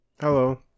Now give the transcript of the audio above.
Hello